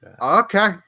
okay